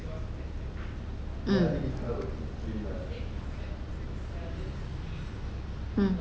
mm mm